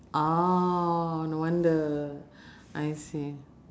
oh no wonder I see